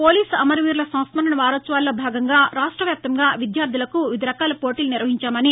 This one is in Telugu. పోలీస్ అమరవీరుల సంస్మరణ వారోత్సవాల్లో భాగంగా రాష్ట వ్యాప్తంగా విద్యార్దులకు వివిధ రకాల పోటీలు నిర్వహించామని